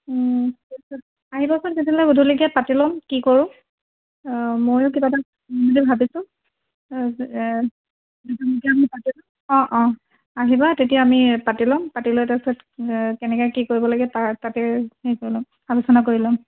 তাৰ পাছত আহিবচোন তেতিয়াহ'লে গধূলিকৈ পাতি ল'ম কি কৰোঁ অঁ মইয়ো কিবা এটা কৰিম বুলি ভাবিছোঁ তাৰ পিছতে নতুনকৈ আমি পাতি ল'ম অঁ অঁ আহিবা তেতিয়া আমি পাতি ল'ম পাতি লৈ তাৰ পিছত কেনেকৈ কি কৰি ল'ব লাগে তাতে হেৰি কৰি ল'ম আলোচনা কৰি ল'ম